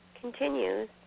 continues